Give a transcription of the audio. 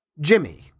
Jimmy